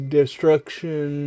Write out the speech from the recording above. destruction